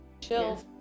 chill